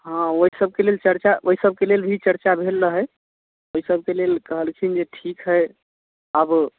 हँ ओहिसबके लेल चर्चा ओहिसबके लेल भी चर्चा भेल रहै ओहिसबके लेल कहलखिन जे ठीक हइ आब